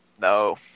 No